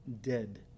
dead